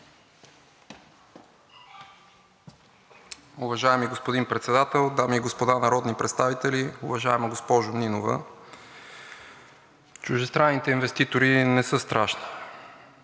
Уважаеми господин Председател! Дами и господа народни представители! Уважаема госпожо Нинова, чуждестранните инвеститори не са страшни,